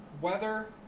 Weather